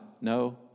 no